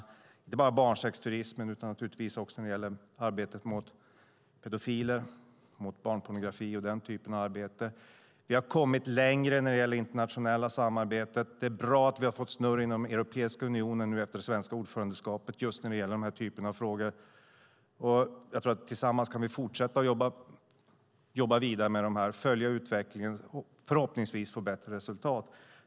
Det gäller inte bara barnsexturismen utan också arbetet mot pedofiler och barnpornografi. Vi har kommit längre i det internationella samarbetet. Det är bra att vi har fått snurr inom Europeiska unionen efter det svenska ordförandeskapet när det gäller den typen av frågor. Tillsammans kan vi fortsätta att jobba vidare, följa utvecklingen och förhoppningsvis få bättre resultat.